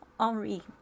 Henri